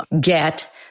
get